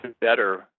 better